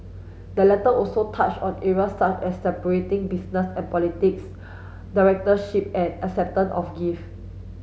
the letter also touched on areas such as separating business and politics directorship and acceptance of gift